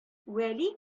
вәли